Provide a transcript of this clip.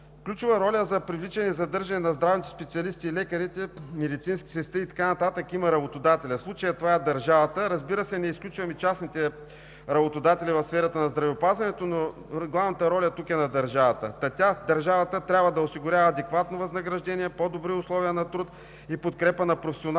Ключова роля за привличане и задържане на здравните специалисти, лекари, медицински сестри и така нататък има работодателят. В случая това е държавата. Разбира се, не изключвам и частните работодатели в сферата на здравеопазването, но тук главната роля е на държавата. Тя – държавата, трябва да осигурява адекватно възнаграждение, по-добри условия на труд и подкрепа на професионалното